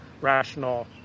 rational